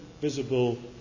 visible